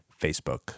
Facebook